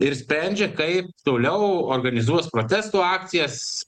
ir sprendžia kaip toliau organizuos protesto akcijas